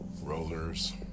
rollers